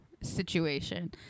situation